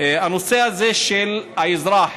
הנושא הזה של האזרח,